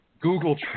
Google